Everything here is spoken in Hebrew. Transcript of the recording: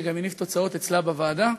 שגם יניב תוצאות אצלה בוועדה.